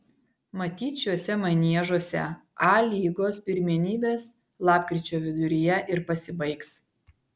matyt šiuose maniežuose a lygos pirmenybės lapkričio viduryje ir pasibaigs